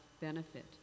benefit